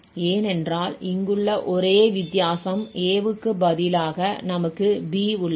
ஏனென்றால் இங்குள்ள ஒரே வித்தியாசம் a க்கு பதிலாக நமக்கு b உள்ளது